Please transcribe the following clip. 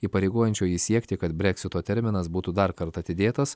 įpareigojančio jį siekti kad breksito terminas būtų dar kartą atidėtas